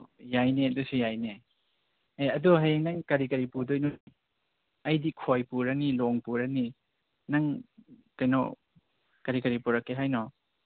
ꯌꯥꯏꯅꯦ ꯑꯗꯨꯁꯨ ꯌꯥꯏꯅꯦ ꯑꯦ ꯑꯗꯨ ꯍꯌꯦꯡ ꯅꯪ ꯀꯔꯤ ꯀꯔꯤ ꯄꯨꯗꯣꯏꯅꯣ ꯑꯩꯗꯤ ꯈꯣꯏ ꯄꯨꯔꯅꯤ ꯂꯣꯡ ꯄꯨꯔꯅꯤ ꯅꯪ ꯀꯩꯅꯣ ꯀꯔꯤ ꯀꯔꯤ ꯄꯨꯔꯛꯀꯦ ꯍꯥꯏꯅꯣ